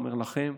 לכם,